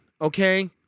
okay